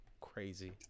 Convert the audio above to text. Crazy